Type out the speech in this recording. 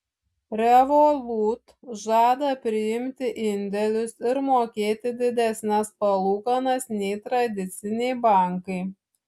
revolut žada priimti indėlius ir mokėti didesnes palūkanas nei tradiciniai bankai